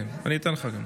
אינה נוכחת.